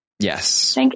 Yes